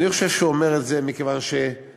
אני חושב שהוא אומר את זה מכיוון שגם